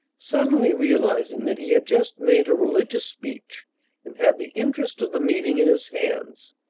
suddenly realizing that he had just made a religious speech and had the interest of the meeting in his hands.